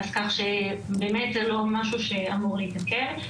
כך שבאמת זה לא משהו שאמור להתעכב.